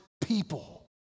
people